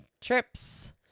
trips